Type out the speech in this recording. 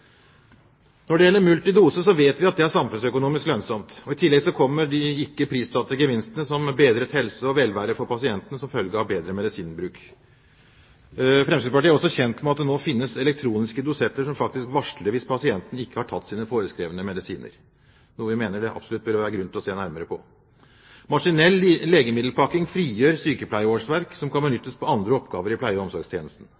Når det gjelder multidose, vet vi at det er samfunnsøkonomisk lønnsomt. I tillegg kommer de ikke prissatte gevinstene som bedret helse og velvære for pasientene som følge av bedre medisinbruk. Fremskrittspartiet er også kjent med at det nå finnes elektroniske dosetter som faktisk varsler hvis pasienten ikke har tatt sine forskrevne medisiner, noe vi mener det absolutt bør være grunn til å se nærmere på. Maskinell legemiddelpakking frigjør sykepleierårsverk som kan